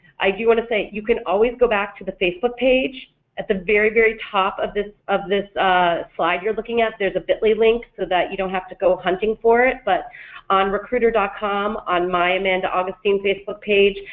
i do want to say you can always go back to the facebook page at the very very top of this of this slide you're looking at there's a bit ly link so that you don't have to go hunting for it, but on recruiter ah com, on my amanda augustine facebook page,